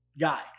guy